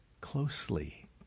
closely